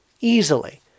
easily